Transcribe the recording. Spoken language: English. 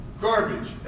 garbage